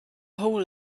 hole